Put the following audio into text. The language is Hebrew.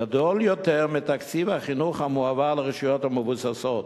גדול יותר מתקציב החינוך המועבר לרשויות המבוססות.